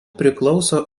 priklauso